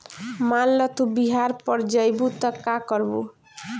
मान ल तू बिहार पड़ जइबू त का करबू